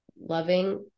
loving